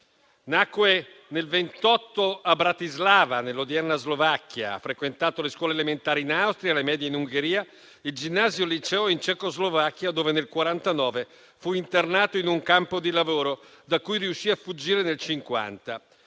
Nacque nel 1928 a Bratislava, nell'odierna Slovacchia. Frequentò le scuole elementari in Austria, le medie in Ungheria e il ginnasio-liceo in Cecoslovacchia, dove nel 1949 fu internato in un campo di lavoro, da cui riuscì a fuggire nel 1950.